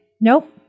nope